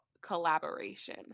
collaboration